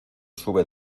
sube